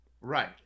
Right